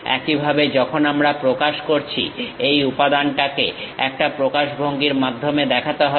একইভাবে যখন আমরা প্রকাশ করছি এই উপাদানটাকে একটা প্রকাশভঙ্গির মাধ্যমে দেখাতে হবে